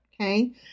Okay